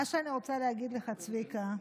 מה שאני רוצה להגיד לך, צביקה,